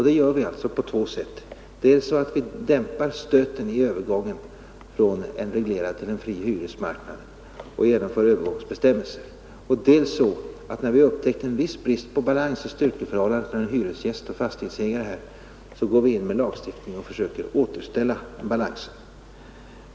Det gör vi på två sätt: dels dämpar vi stöten i övergången från en reglerad till en fri hyresmarknad och genomför övergångsbestämmelser, dels går vi in med lagstiftning och försöker återställa balansen när vi upptäckt en viss brist i styrkeförhållandet mellan hyresgäst och fastighetsägare.